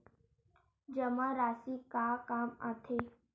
जमा राशि का काम आथे?